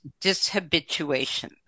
dishabituation